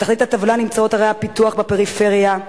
בתחתית הטבלה נמצאות ערי הפיתוח בפריפריה,